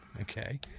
Okay